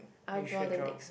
I'll draw the next